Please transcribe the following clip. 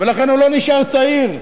ולכן הוא לא נשאר צעיר.